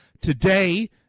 today